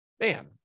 man